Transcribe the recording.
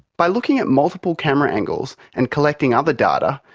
by looking at multiple camera angles and collecting other data,